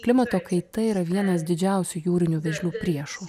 klimato kaita yra vienas didžiausių jūrinių vėžlių priešų